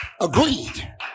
Agreed